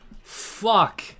fuck